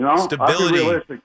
Stability